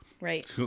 right